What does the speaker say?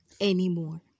anymore